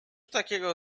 takiego